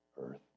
earth